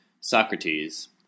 Socrates